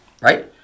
Right